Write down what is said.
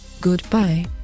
Goodbye